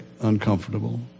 uncomfortable